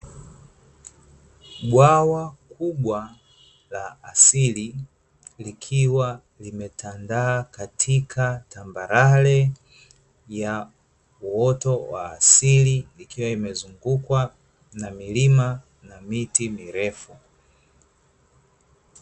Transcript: Bwawa kubwa la asili, likiwa limetanda katika tambarare ya uoto wa asili, ikiwa imezungukwa na milima na miti mirefu.